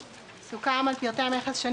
על סדר היום הצעת צו תעריף המכס והפטורים